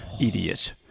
Idiot